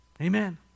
Amen